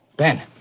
Ben